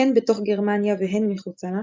הן בתוך גרמניה והן מחוצה לה,